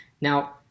Now